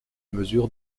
mesure